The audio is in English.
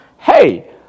Hey